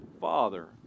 Father